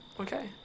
Okay